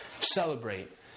celebrate